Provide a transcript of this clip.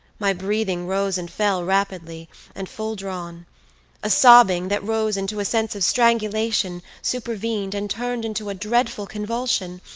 my breathing rose and fell rapidly and full drawn a sobbing, that rose into a sense of strangulation, supervened, and turned into a dreadful convulsion,